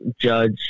judge